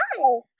Hi